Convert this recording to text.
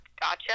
Gotcha